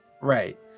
Right